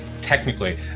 technically